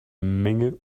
menge